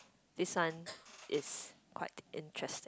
this one is quite interesting